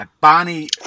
Barney